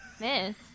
Miss